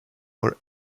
more